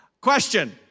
Question